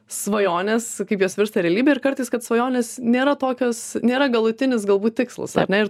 svajones kaip jos virsta realybe ir kartais kad svajonės nėra tokios nėra galutinis galbūt tikslas ar ne ir